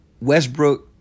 Westbrook